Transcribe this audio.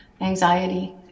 anxiety